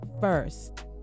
first